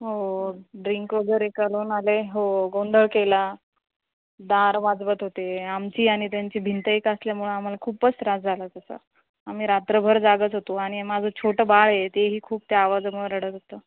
हो ड्रिंक वगैरे एका लावून आले हो गोंधळ केला दार वाजवत होते आमची आणि त्यांची भिंत एक असल्यामुळं आम्हाला खूपच त्रास झाला त्याचा आम्ही रात्रभर जागत होतो आणि माझं छोटं बाळ आहे तेही खूप त्या आवाजामुळे रडत होतं